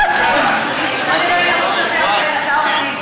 ההצעה להעביר את הצעת חוק לחלוקת חיסכון